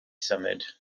symud